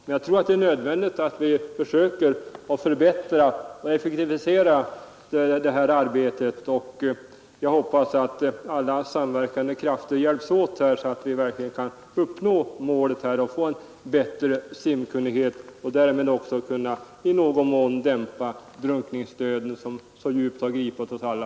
Men jag tror det är nödvändigt att vi försöker förbättra och effektivisera detta arbete, och jag hoppas att alla samverkande krafter hjälps åt så att vi kan uppnå målet att öka simkunnigheten och därmed i någon mån nedbringa antalet drunkningsolyckor, som så djupt har gripit oss alla.